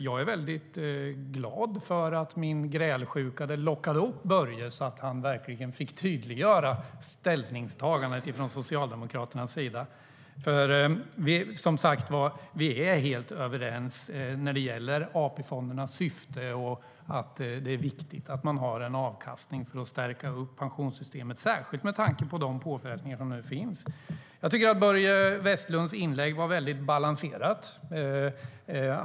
Jag är väldigt glad för att min grälsjuka lockade upp Börje, så att han fick tydliggöra Socialdemokraternas ställningstagande. Vi är ju helt överens när det gäller AP-fondernas syfte och att det är viktigt att man har en avkastning för att stärka pensionssystemet, särskilt med tanke på de påfrestningar som nu finns. Börje Vestlunds inlägg var väldigt balanserat.